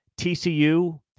TCU